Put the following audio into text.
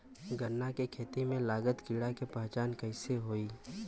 गन्ना के खेती में लागल कीड़ा के पहचान कैसे होयी?